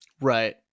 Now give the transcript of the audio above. Right